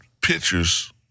pictures